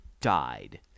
died